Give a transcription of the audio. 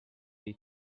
dei